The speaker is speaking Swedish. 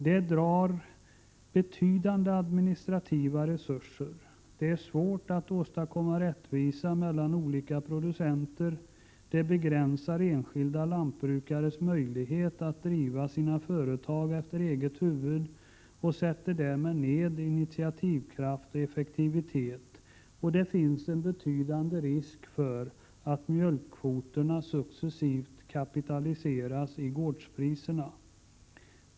Det drar betydande administrativa resurser, det är svårt att åstadkomma rättvisa mellan olika producenter, det begränsar enskilda lantbrukares möjlighet att driva sina företag efter eget huvud och sätter därmed ned initiativkraft och effektivitet, och det finns en betydande risk för att mjölkkvoterna successivt kapitaliseras i gårdspriserna.